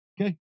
Okay